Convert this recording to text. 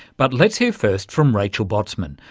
but let's hear first from rachel botsman,